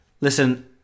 Listen